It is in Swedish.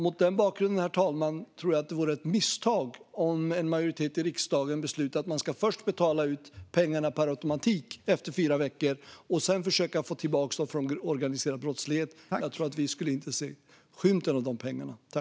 Mot den bakgrunden, herr talman, tror jag att det vore ett misstag om en majoritet i riksdagen beslutade att man först ska betala ut pengarna per automatik efter fyra veckor och sedan försöka få tillbaka dem från den organiserade brottsligheten. Jag tror att vi inte skulle se skymten av de pengarna.